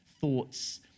thoughts